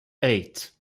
eight